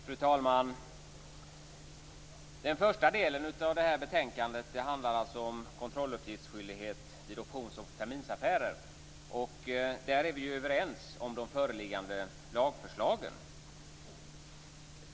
Fru talman! Den första delen av det här betänkandet handlar om kontrolluppgiftsskyldighet vid options och terminsaffärer. Där är vi överens om de föreliggande lagförslagen.